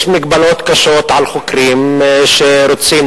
יש מגבלות קשות על חוקרים שרוצים,